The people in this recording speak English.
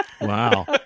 Wow